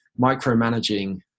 micromanaging